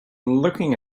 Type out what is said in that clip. looking